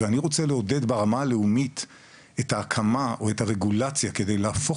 אני רוצה לעודד ברמה הלאומית את ההקמה או את הרגולציה כדי להפוך